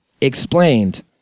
explained